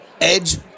edge